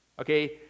Okay